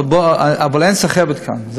אבל אין סחבת כאן.